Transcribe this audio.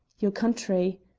your country!